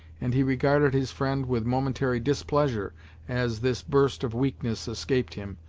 and he regarded his friend with momentary displeasure as this burst of weakness escaped him,